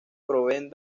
proveen